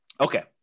Okay